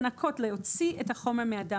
לנקות ולהוציא את החומר מהדם.